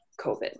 covid